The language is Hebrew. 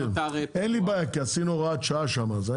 אין לי בעיה כי עשינו הוראת שעה שמה, יש